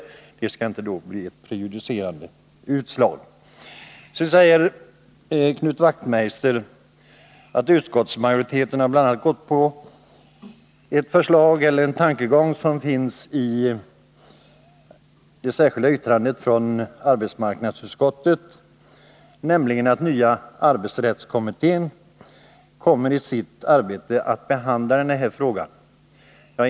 Det skulle således inte bli ett prejudicerande utslag. Knut Wachtmeister säger att utskottsmajoriteten har anslutit sig till en tankegång som finns i det särskilda yttrandet från arbetsmarknadsutskottet, nämligen att nya arbetsrättskommittén i sitt arbete kommer att behandla denna fråga.